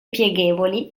pieghevoli